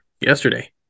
yesterday